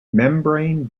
membrane